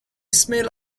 smell